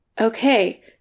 Okay